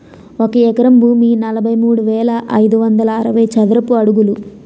ఒక ఎకరం భూమి నలభై మూడు వేల ఐదు వందల అరవై చదరపు అడుగులు